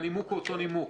הנימוק הוא אותו נימוק,